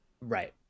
right